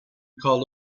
called